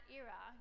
era